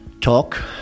talk